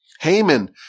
Haman